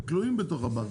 הם תלוי בבנקים.